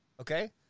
Okay